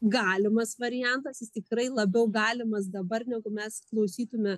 galimas variantas jis tikrai labiau galimas dabar negu mes klausytume